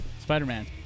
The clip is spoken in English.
Spider-Man